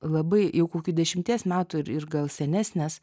labai jau kokių dešimties metų ir ir gal senesnės